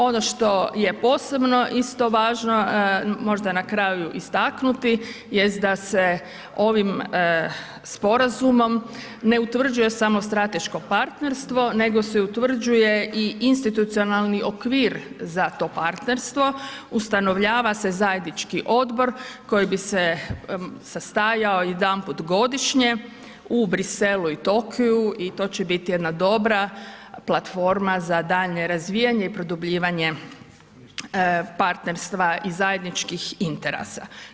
Ono što je posebno isto važno možda na karaju istaknuti jest da se ovim sporazumom ne utvrđuje samo strateško partnerstvo nego se utvrđuje i institucionalni okvir za to partnerstvo, ustanovljava se zajednički odbor koji bi se sastajao jedanput godišnje u Bruxellesu i Tokyju i to će biti jedna dobra platforma za daljnje razvijanje i produbljivanje partnerstva i zajedničkih interesa.